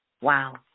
Wow